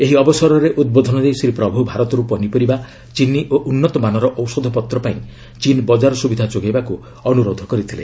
ଏହି ଅବସରରେ ଉଦ୍ବୋଧନ ଦେଇ ଶ୍ରୀ ପ୍ରଭୁ ଭାରତରୁ ପନିପରିବା ଚିନି ଓ ଉନ୍ନତମାନର ଔଷଧପତ୍ର ପାଇଁ ଚୀନ୍ ବଜାର ସୁବିଧା ଯୋଗାଇବାକୁ ଅନୁରୋଧ କରିଥିଲେ